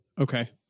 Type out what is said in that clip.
Okay